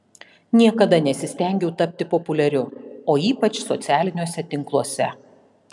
niekada nesistengiau tapti populiariu o ypač socialiniuose tinkluose